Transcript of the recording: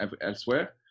elsewhere